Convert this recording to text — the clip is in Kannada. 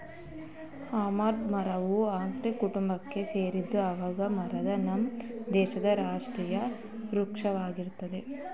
ಆಲದ್ ಮರ ಹಲ್ಸಿನ ಕುಟುಂಬಕ್ಕೆ ಸೆರಯ್ತೆ ಆಲದ ಮರ ನಮ್ ದೇಶದ್ ರಾಷ್ಟ್ರೀಯ ವೃಕ್ಷ ವಾಗಯ್ತೆ